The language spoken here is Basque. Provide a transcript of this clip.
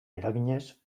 eraginez